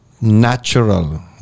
natural